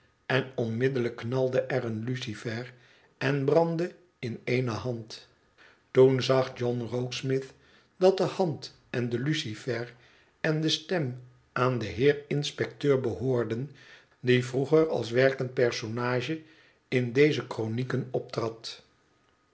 en onmiddellijk knalde er een lucifer en brandde in eene hand toen zag john rokesmith dat de hand en de lucifer en de stem aan den heer inspecteur behoorden die vroeger ab werkend personage in deze kronieken